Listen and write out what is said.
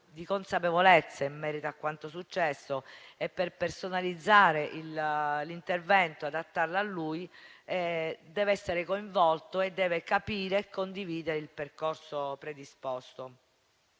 di consapevolezza in merito a quanto successo e per personalizzare l'intervento e adattarlo a lui, deve essere coinvolto, deve capire e condividere il percorso predisposto.